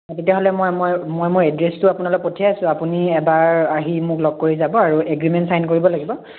তেতিয়াহ'লে মই মই মই এড্ৰেছটো আপোনালৈ পঠিয়াইছোঁ আপুনি এবাৰ আহি মোক লগ কৰি যাব আৰু এগ্ৰিমেণ্ট ছাইন কৰিব লাগিব